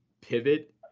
pivot